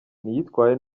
ntiyitwaye